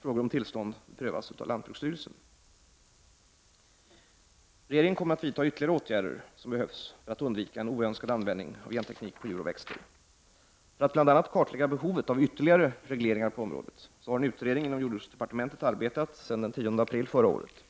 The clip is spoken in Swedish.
Frågor om tillstånd prövas av lantbruksstyrelsen. Regeringen kommer att vidta ytterligare åtgärder som behövs för att undvika en oönskad användning av genteknik på djur och växter. För att bl.a. kartlägga behovet av ytterligare regleringar på området har en utredning inom jordbruksdepartementet arbetat sedan den 10 april förra året.